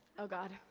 oh god.